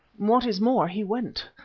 what is more, he went,